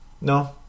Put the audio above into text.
no